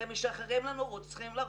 אתם משחררים לנו רוצחים לרחובות.